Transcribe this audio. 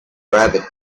rabbit